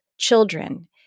children